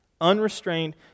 Unrestrained